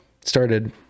started